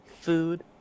food